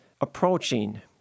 approaching